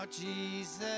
Jesus